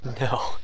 No